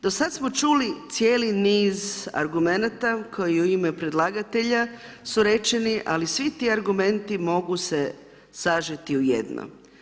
Do sada smo čuli cijeli niz argumenata koji u ime predlagatelja su rečeni ali svi ti argumenti mogu se sažeti u jedno.